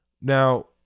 Now